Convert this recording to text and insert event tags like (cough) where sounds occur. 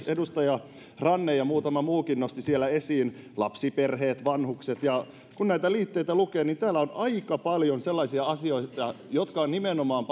(unintelligible) edustaja ranne ja muutama muukin siellä nostivat esiin lapsiperheet vanhukset ja kun näitä liitteitä lukee niin täällä on aika paljon sellaisia asioita jotka nimenomaan (unintelligible)